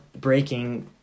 breaking